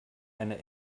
eine